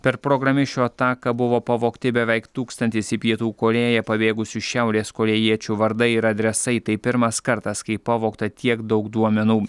per programišių ataką buvo pavogti beveik tūkstantis į pietų korėją pabėgusių šiaurės korėjiečių vardai ir adresai tai pirmas kartas kai pavogta tiek daug duomenų